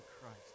Christ